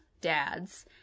dads